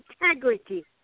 integrity